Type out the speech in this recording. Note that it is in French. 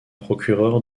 procureur